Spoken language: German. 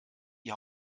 die